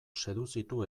seduzitu